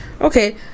okay